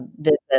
visit